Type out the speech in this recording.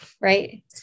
right